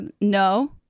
no